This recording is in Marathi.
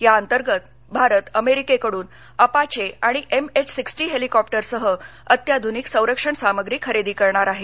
या अंतर्गत भारत अमेरिकेकडूनअपाचे आणि एम एच सिक्स्टी हेलिकॉप्टरसह अत्याधूनिक संरक्षण सामग्री खरेदी करणारआहे